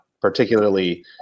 particularly